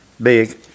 big